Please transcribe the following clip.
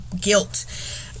guilt